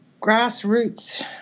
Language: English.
grassroots